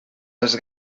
els